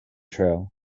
trail